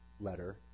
letter